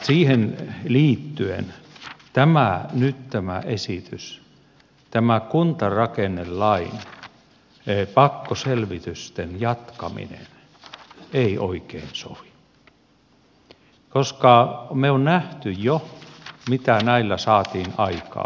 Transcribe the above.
siihen liittyen nyt tämä esitys tämä kuntarakennelain pakkoselvitysten jatkaminen ei oikein sovi koska me olemme nähneet jo mitä näillä saatiin aikaan